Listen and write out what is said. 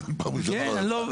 פעם ראשונה אני רואה אותך,